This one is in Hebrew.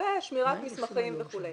שמירת מסמכים וכולי.